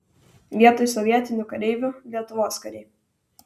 vietoj sovietinių kareivių lietuvos kariai